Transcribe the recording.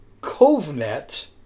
Covenet